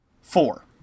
four